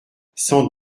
sans